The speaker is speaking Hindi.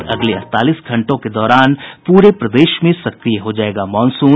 और अगले अड़तालीस घंटों के दौरान पूरे प्रदेश में सक्रिय हो जायेगा मॉनसून